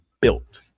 built